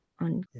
on